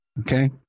okay